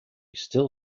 still